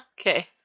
Okay